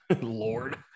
Lord